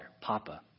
Papa